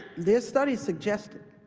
this study suggested